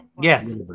Yes